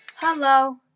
Hello